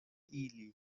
ili